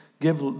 give